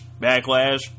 backlash